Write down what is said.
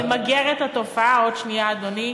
למגר את התופעה, עוד שנייה, אדוני.